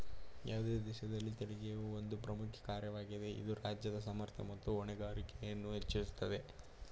ಯಾವುದೇ ದೇಶದಲ್ಲಿ ತೆರಿಗೆಯು ಒಂದು ಪ್ರಮುಖ ಕಾರ್ಯವಾಗಿದೆ ಇದು ರಾಜ್ಯದ ಸಾಮರ್ಥ್ಯ ಮತ್ತು ಹೊಣೆಗಾರಿಕೆಯನ್ನು ಹೆಚ್ಚಿಸುತ್ತದೆ